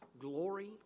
Glory